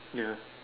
ya